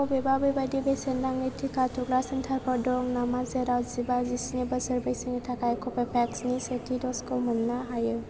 बबेबा बेबायदि बेसेन नाङि टिका थुग्रा सेन्टारफोर दं नामा जेराव जिबा जिस्नि बोसोर बैसोनि थाखाय कव'भेक्सनि सेथि द'जखौ मोन्नो हायो